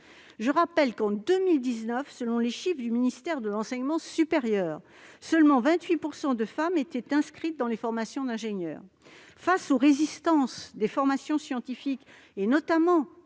Je rappelle qu'en 2019, selon les chiffres du ministère de l'enseignement supérieur, seulement 28 % des élèves inscrits dans les formations d'ingénieurs étaient des femmes. Eu égard aux résistances des formations scientifiques, notamment